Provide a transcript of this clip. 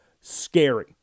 scary